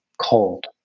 cold